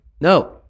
no